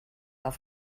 auf